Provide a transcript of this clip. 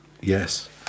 yes